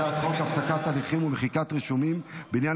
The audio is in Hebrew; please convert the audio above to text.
הצעת חוק הפסקת הליכים ומחיקת רישומים בעניין